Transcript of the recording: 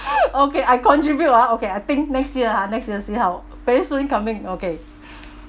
okay I contribute ah okay I think next year ha next year see how very soon coming okay